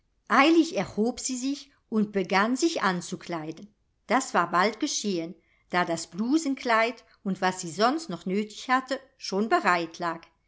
eilig erhob sie sich und begann sich anzukleiden das war bald geschehen da das blousenkleid und was sie sonst noch nötig hatte schon bereit lag